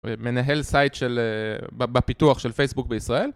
מנהל סייט בפיתוח של פייסבוק בישראל.